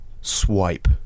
Swipe